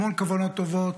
המון כוונת טובות,